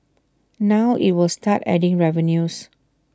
now IT will start adding revenues